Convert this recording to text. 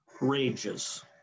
rages